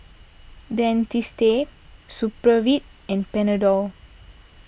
Dentiste Supravit and Panadol